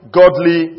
godly